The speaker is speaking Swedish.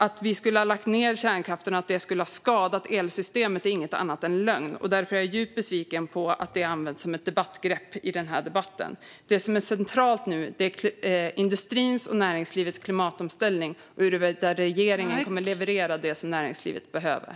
Att vi skulle ha lagt ned kärnkraften och att det skulle ha skadat elsystemet är inget annat än lögn. Därför är jag djupt besviken på att det används som ett debattgrepp i denna debatt. Det som nu är centralt är industrins och näringslivets klimatomställning och huruvida regeringen kommer att leverera det som näringslivet behöver.